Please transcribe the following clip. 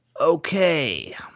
Okay